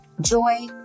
joy